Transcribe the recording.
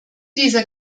dieser